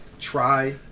try